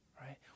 Right